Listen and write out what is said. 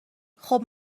خوب